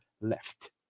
left